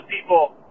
people